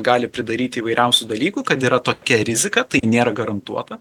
gali pridaryti įvairiausių dalykų kad yra tokia rizika tai nėra garantuota